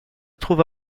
trouva